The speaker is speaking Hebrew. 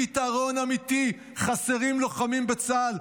פתרון אמיתי: חסרים לוחמים בצה"ל,